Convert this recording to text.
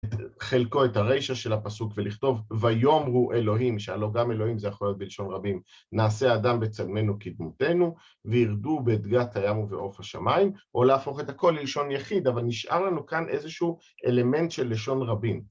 חלקו את הרשע של הפסוק ולכתוב ויאמרו אלוהים שעלו גם אלוהים זה יכול להיות בלשון רבים נעשה אדם בצלמינו כדמותנו וירדו בדגת הים ובעוף השמיים או להפוך את הכל ללשון יחיד אבל נשאר לנו כאן איזשהו אלמנט של לשון רבים